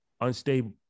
unstable